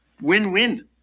Win-win